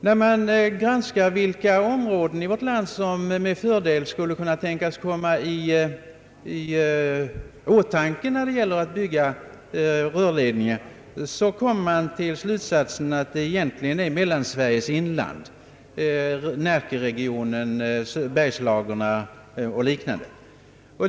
När man granskar vilka områden i vårt land som med fördel skulle kunna komma i åtanke då det gäller att med fördel utnyttja rörledningar, kommer man till slutsatsen att det egentligen är Mellansveriges inland —— närkeregionen, Bergslagen etc.